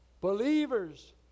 Believers